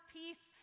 peace